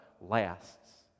lasts